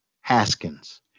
Haskins